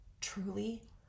truly